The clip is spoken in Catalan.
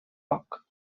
poc